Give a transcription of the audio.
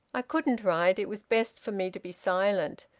i couldn't write. it was best for me to be silent.